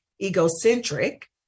egocentric